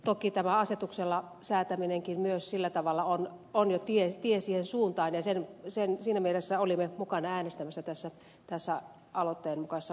toki tämä asetuksella säätäminenkin myös sillä tavalla on jo tie siihen suuntaan ja siinä mielessä olimme mukana äänestämässä tässä aloitteen mukaisessa lakisisällössä